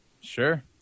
Sure